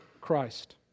Christ